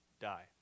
die